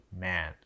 man